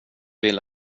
vill